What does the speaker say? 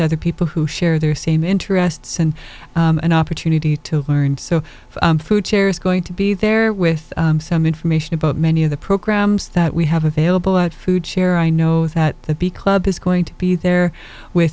other people who share their same interests and an opportunity to learn so food chair is going to be there with some information about many of the programs that we have available at food share i know that the bee club is going to be there with